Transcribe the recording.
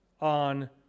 on